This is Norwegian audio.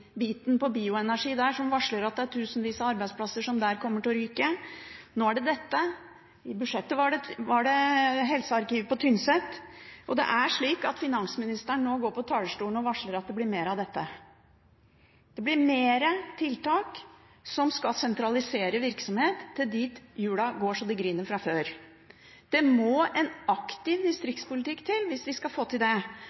der hvor det varsles at det er tusenvis av arbeidsplasser som kommer til å ryke. Nå er det dette, i budsjettet var det helsearkivet på Tynset, og finansministeren varslet fra talerstolen at det blir mer av dette. Det blir flere tiltak som skal sentralisere virksomhet til dit hjulene går så det griner fra før. Det må en aktiv